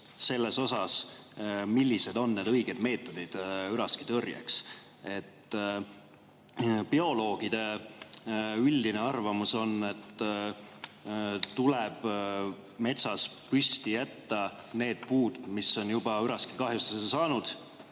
selles, millised on need õiged meetodid üraskitõrjeks. Bioloogide üldine arvamus on, et tuleb metsas püsti jätta need puud, mis on juba üraskikahjustuse saanud,